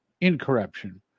incorruption